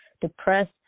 depressed